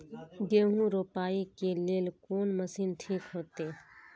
गेहूं रोपाई के लेल कोन मशीन ठीक होते?